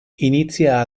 inizia